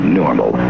normal